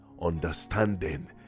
understanding